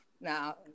now